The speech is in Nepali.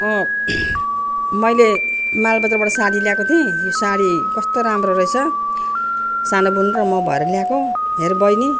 मैले मालबजारबाट साडी ल्याएको थिएँ यो साडी कस्तो राम्रो रहेछ सानो बुनु र म भएर ल्याएको हेर बहिनी